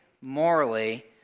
morally